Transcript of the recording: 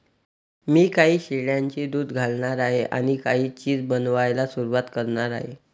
मी काही शेळ्यांचे दूध घालणार आहे आणि काही चीज बनवायला सुरुवात करणार आहे